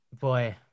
Boy